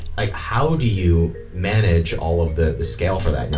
like how do you manage all of the the scale for that? yeah